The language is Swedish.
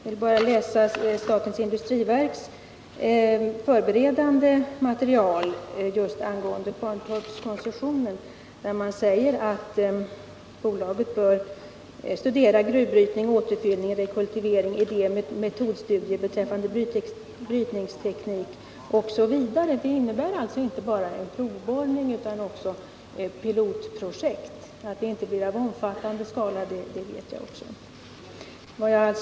I sitt förberedande material när det gäller koncessionsärendet skriver statens industriverk att bolaget bör studera gruvbrytning, återfyllning och rekultivering samt utföra främst idé och metodstudier beträffande brytningsteknik osv. Det innebär alltså inte bara provborrning utan även pilotprojekt. Att det inte är fråga om något projekt i omfattande skala känner jag också till.